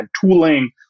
tooling